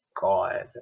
god